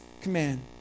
command